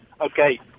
Okay